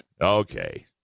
Okay